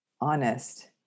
honest